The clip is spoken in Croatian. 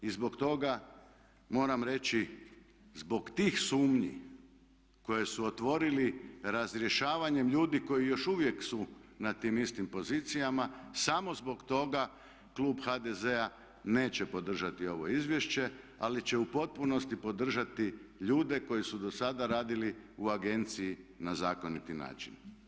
I zbog toga moram reći, zbog tih sumnji koje su otvorili razrješavanjem ljudi koji još uvijek su na tim istim pozicijama samo zbog toga klub HDZ-a neće podržati ovo izvješće ali će u potpunosti podržati ljude koji su dosada radili u agenciji na zakoniti način.